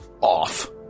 off